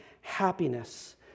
happiness